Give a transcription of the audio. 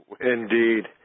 Indeed